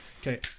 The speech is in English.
Okay